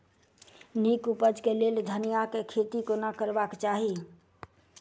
नीक उपज केँ लेल धनिया केँ खेती कोना करबाक चाहि?